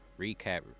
recap